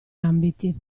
ambiti